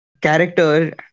character